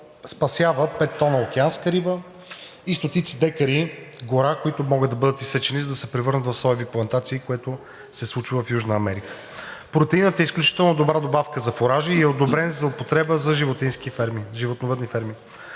спасява пет тона океанска риба и стотици декари гора, които могат да бъдат изсечени, за да се превърнат в соеви плантации, което се случва в Южна Америка. Протеинът е изключително добра добавка за фуражи и е одобрен за употреба за животновъдни ферми.